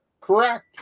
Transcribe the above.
Correct